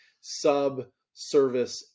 sub-service